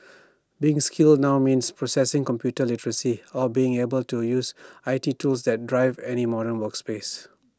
being skilled now means possessing computer literacy or being able to use I T tools that drive any modern workplace